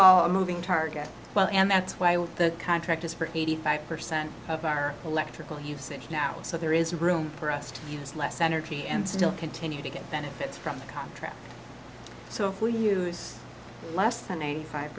a moving target well and that's why would the contractors for eighty five percent of our electrical usage now so there is room for us to use less energy and still continue to get benefits from contract so if we use less than eighty five